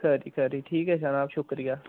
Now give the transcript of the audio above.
खरी खरी ठीक ऐ जनाब शुक्रिया